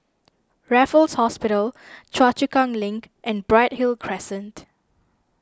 Raffles Hospital Choa Chu Kang Link and Bright Hill Crescent